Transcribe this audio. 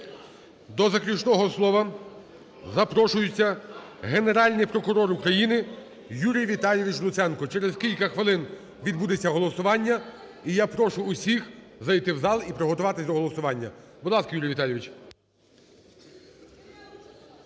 До заключного слова запрошується Генеральний прокурор України Юрій Віталійович Луценко. Через кілька хвилин відбудеться голосування і я прошу усіх зайти в зал і приготуватись до голосування. Будь ласка, Юрій Віталійович.